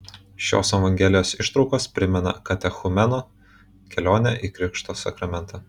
šios evangelijos ištraukos primena katechumeno kelionę į krikšto sakramentą